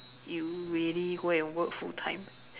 you really go and work full time